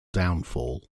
downfall